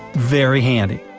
very handy!